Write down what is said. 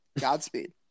Godspeed